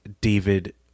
David